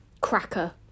cracker